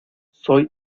soy